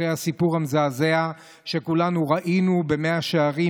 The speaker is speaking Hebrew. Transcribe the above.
אחרי הסיפור המזעזע שכולנו ראינו במאה שערים,